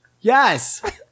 Yes